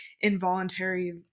involuntary